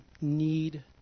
need